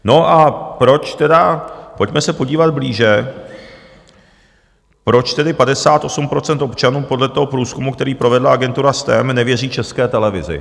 No a proč tedy pojďme se podívat blíže proč tedy 58 % občanů podle toho průzkumu, který provedla agentura STEM, nevěří České televizi.